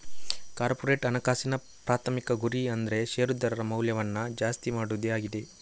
corporate ಹಣಕಾಸಿನ ಪ್ರಾಥಮಿಕ ಗುರಿ ಅಂದ್ರೆ ಶೇರುದಾರರ ಮೌಲ್ಯವನ್ನ ಜಾಸ್ತಿ ಮಾಡುದೇ ಆಗಿದೆ